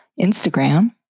Instagram